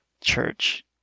church